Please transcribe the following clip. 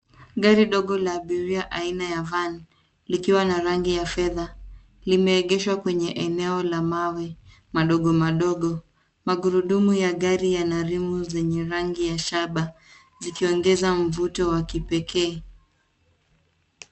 Gari dogo la abiria aina ya van likiwa na rangi ya fedha limeegeshwa kwenye eneo la mawe madogo madogo. Magurudumu ya gari yana rimu zenye rangi ya shaba zikiongeza mvuto wa kipekee.